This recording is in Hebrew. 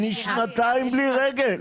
אני שנתיים בלי רגל.